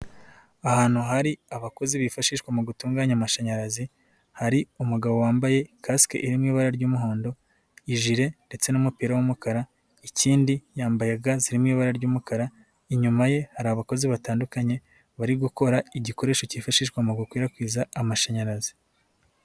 Ahantu hari abakozi bifashishwa mu gutunganya amashanyarazi, hari umugabo wambaye kasike iri mu ibara ry'umuhondo, jile ndetse n'umupira w'umukara, ikindi yambaye ga zirimo ibara ry'umukara, inyuma ye hari abakozi batandukanye bari gukora igikoresho cyifashishwa mu gukwirakwiza amashanyarazi.